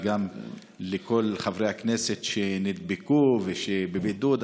וגם לכל חברי הכנסת שנדבקו ושבבידוד,